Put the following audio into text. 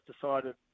decided